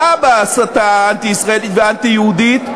בהסתה האנטי-ישראלית והאנטי-יהודית,